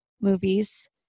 movies